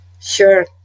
Sure